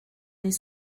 les